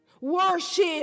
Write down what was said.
worship